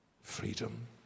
freedom